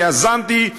שיזמתי,